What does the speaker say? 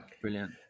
brilliant